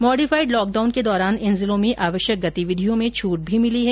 modified lockdown के दौरान इन जिलों में आवश्यक गतिविधियों में छूट भी मिली है